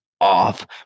off